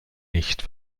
nicht